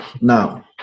now